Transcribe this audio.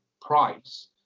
price